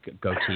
goatee